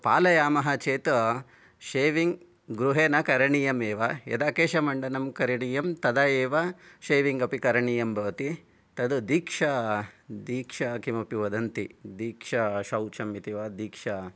पालयामः चेत् षेविङ्ग् गृहे न करणीयमेव यदा केशमण्डनं करणीयं तदा एव षेविङ्ग् अपि करणीयं भवति तद् दीक्षा दीक्षा किमपि वदन्ति दीक्षाशौचम् इति वा दीक्षा